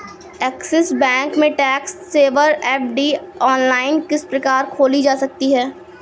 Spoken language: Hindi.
ऐक्सिस बैंक में टैक्स सेवर एफ.डी ऑनलाइन किस प्रकार खोली जा सकती है?